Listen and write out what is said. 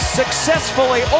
successfully